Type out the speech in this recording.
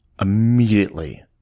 Immediately